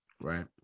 right